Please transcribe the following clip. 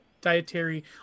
dietary